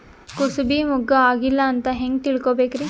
ಕೂಸಬಿ ಮುಗ್ಗ ಆಗಿಲ್ಲಾ ಅಂತ ಹೆಂಗ್ ತಿಳಕೋಬೇಕ್ರಿ?